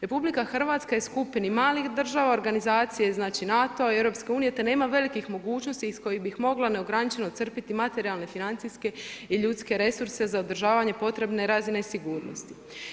RH je u skupini malih država organizacije NATO-a i EU te nema velikih mogućnosti iz kojih bi mogla neograničeno crpiti materijalne, financijske i ljudske resurse za održavanje potrebne razine sigurnosti.